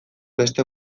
beste